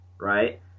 right